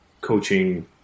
coaching